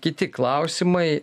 kiti klausimai